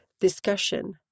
Discussion